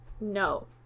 No